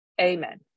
amen